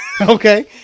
Okay